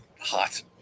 hot